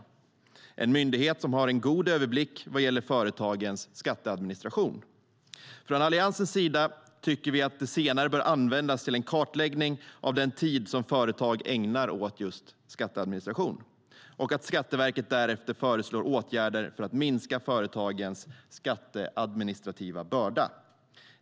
Det är en myndighet som har en god överblick när det gäller företagens skatteadministration.Från Alliansens sida tycker vi att det senare bör användas till en kartläggning av den tid som företag ägnar åt just skatteadministration, och att Skatteverket därefter föreslår åtgärder för att minska företagens skatteadministrativa börda.